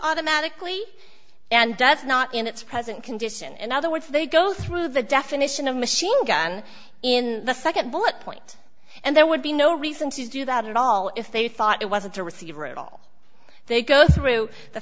automatically and does not in its present condition and other words they go through the definition of machine gun in the nd bullet point and there would be no reason to do that at all if they thought it wasn't a receiver at all they go through the